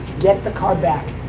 get the car back.